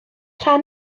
rhan